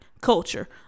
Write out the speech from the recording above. culture